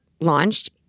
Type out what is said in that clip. launched